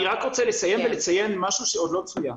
אני רק רוצה לציין מה שעוד לא צוין